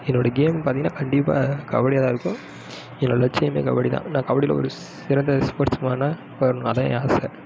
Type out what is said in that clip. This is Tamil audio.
என்னோட கேம் பார்த்தீங்கனா கண்டிப்பாக கபடியாக தான் இருக்கும் என்னோட லட்சியமே கபடி தான் நான் கபடியில் ஒரு சிறந்த ஸ்போட்ஸ் மேனாக வரணுன்னு நிறைய ஆசை